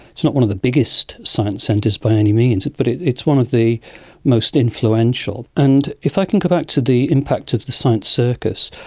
it's not one of the biggest science centres by any means but it's one of the most influential. and if i can go back to the impact of the science circus,